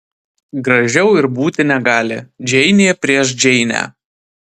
gražiau ir būti negali džeinė prieš džeinę